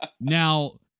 Now